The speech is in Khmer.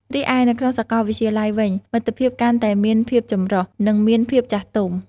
រីឯនៅក្នុងសាកលវិទ្យាល័យវិញ មិត្តភាពកាន់តែមានភាពចម្រុះ និងមានភាពចាស់ទុំ។